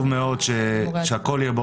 אני חושב שעולים שאושרו